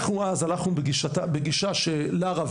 אנחנו הלכנו בגישה שלארה,